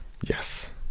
Yes